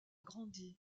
grandi